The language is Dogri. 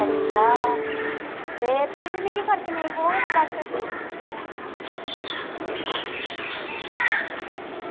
अच्छा ते फ्ही बी मिगी फर्क नेईं पौग डाक्टर जी